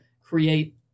create